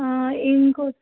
ఇంకో